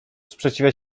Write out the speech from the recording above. sprzeciwia